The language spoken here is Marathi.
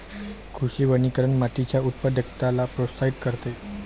कृषी वनीकरण मातीच्या उत्पादकतेला प्रोत्साहित करते